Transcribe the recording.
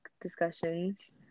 discussions